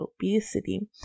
obesity